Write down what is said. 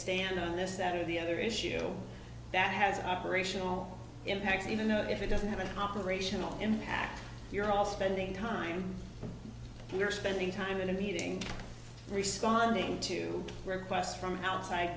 stand on this that or the other issue that has operational impacts you know if it doesn't have an operational impact you're all spending time and you're spending time in a meeting responding to requests from outside